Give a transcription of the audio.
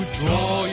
draw